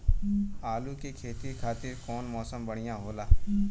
आलू के खेती खातिर कउन मौसम बढ़ियां होला?